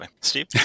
steve